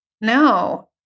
No